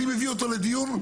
אני מביא אותו לדיון,